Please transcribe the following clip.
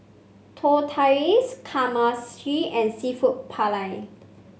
Tortillas Kamameshi and seafood Paella